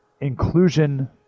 inclusion